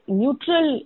neutral